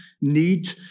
need